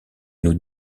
nous